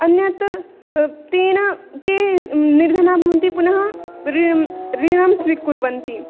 अन्यत् तेन ते निर्धनाः भवन्ति पुनः ऋणम् ऋणं स्वीकुर्वन्ति